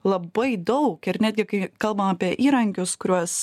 labai daug ir netgi kai kalbam apie įrankius kuriuos